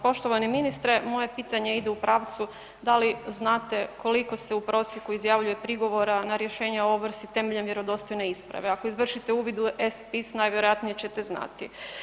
Poštovani ministre, moje pitanje ide u pravcu da i znate koliko se u prosjeku izjavljuje prigovora na rješenje o ovrsi temeljem vjerodostojne isprave, ako izvršite uvid u e-spis najvjerojatnije ćete znati.